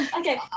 Okay